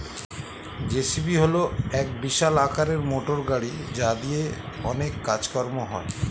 JCB হল এক বিশাল আকারের মোটরগাড়ি যা দিয়ে অনেক কাজ কর্ম হয়